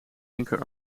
linker